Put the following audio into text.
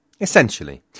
Essentially